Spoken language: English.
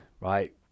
right